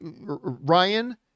Ryan